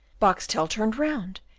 boxtel turned round,